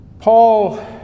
Paul